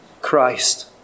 Christ